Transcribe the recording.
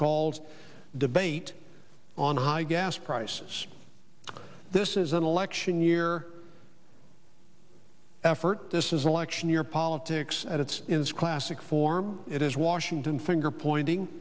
called debate on high gas prices this is an election year effort this is election year politics at its ins classic form it is washington finger pointing